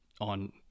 on